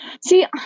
See